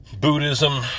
Buddhism